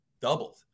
doubled